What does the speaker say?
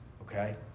Okay